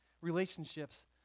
relationships